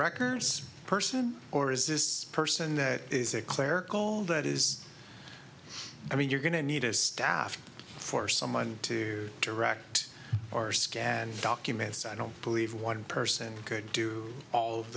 records person or is this person that is a clerical that is i mean you're going to need a staff for someone to direct or scan documents i don't believe one person could do all of